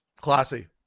classy